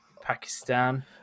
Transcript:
Pakistan